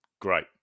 Great